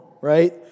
right